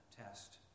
test